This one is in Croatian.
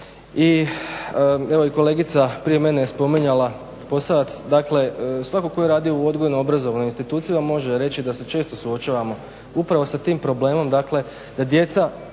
I evo i kolegica prije mene Posavac je spominjala, dakle svatko tko je radio u odgojno-obrazovnoj instituciji vam može reći da se često suočavamo upravo sa tim problemom dakle da djeca